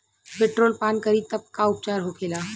Petrol पान करी तब का उपचार होखेला?